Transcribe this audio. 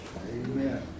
Amen